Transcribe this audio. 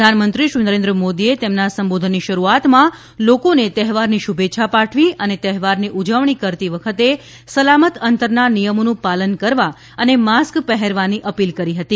પ્રધાનમંત્રી શ્રી નરેન્દ્ર મોદીએ તેમના સંબોધનની શરૂઆતમાં લોકોને તહેવારની શુભેચ્છા પાઠવી અને તહેવારની ઉજવણી કરતી વખતે સલામત અંતરના નિયમોનું પાલન કરવા અને માસ્ક પહેરવાની અપીલ કરી હતી